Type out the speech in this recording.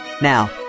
Now